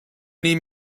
need